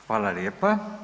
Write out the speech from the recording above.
Hvala lijepa.